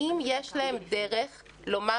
האם יש להם דרך לומר,